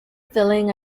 filling